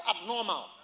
abnormal